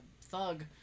thug